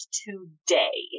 today